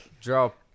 Drop